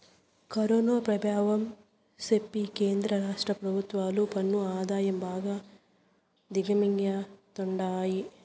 corona పెభావం సెప్పి కేంద్ర రాష్ట్ర పెభుత్వాలు పన్ను ఆదాయం బాగా దిగమింగతండాయి